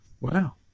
Wow